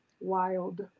Wild